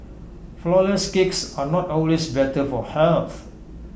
Flourless Cakes are not always better for health